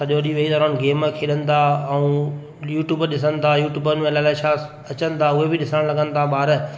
सॼो ॾींहुं वेही था रहनि गेम खेॾनि था ऐं यूट्यूब ॾिसनि था यूट्यूब में अलाए अलाए छा अचणु लॻनि था उहे बि ॾिसणु लॻनि था ॿारनि जे मन में